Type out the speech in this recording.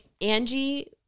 Angie-